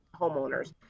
homeowners